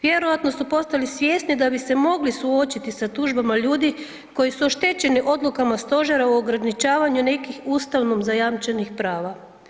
Vjerojatno su postali svjesni da bi se mogli suočiti sa tužbama ljudi koji su oštećeni odlukama stožera u ograničavanju nekih ustavom zajamčenih prava.